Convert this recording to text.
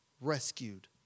rescued